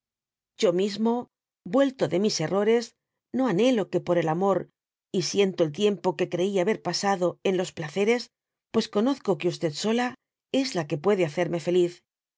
yo mismo i yuelto de mis errores bo anhelo que por el amor j siento el tiempo que creí haber pasado en los iaceres pues conozco que sola es la que puede hacerme feliz